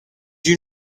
you